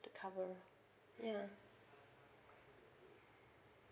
to cover yeah